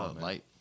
light